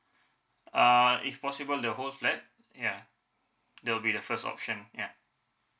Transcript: err if possible the whole flat ya that will be the first option ya